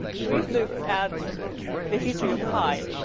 brief look at the history of pi.